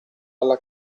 alla